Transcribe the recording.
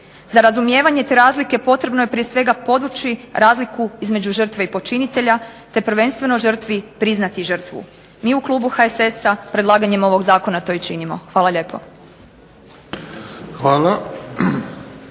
Za razumijevanje te razlike potrebno je prije svega podvući razliku između žrtve i počinitelja te prvenstveno žrtvi priznati žrtvu. Mi u klubu HSS-a predlaganjem ovog zakona to i činimo. Hvala lijepo.